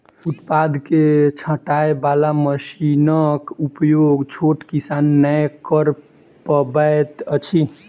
उत्पाद के छाँटय बाला मशीनक उपयोग छोट किसान नै कअ पबैत अछि